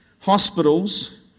hospitals